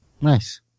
nice